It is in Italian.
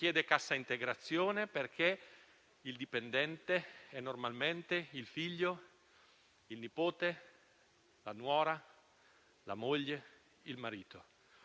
chiede cassa integrazione perché il dipendente è normalmente il figlio, il nipote, la nuora, la moglie e il marito.